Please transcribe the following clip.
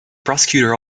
prosecutor